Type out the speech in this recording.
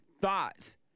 thoughts